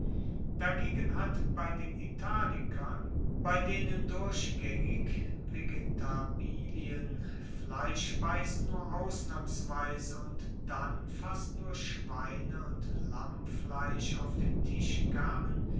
dagegen hat bei den italikern bei denen durchgaengig vegetabilien fleischspeisen nur ausnahmsweise und dann fast nur schweine und lammfleisch auf den tisch kamen